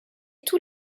tous